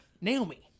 Naomi